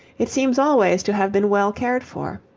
it seems always to have been well cared for.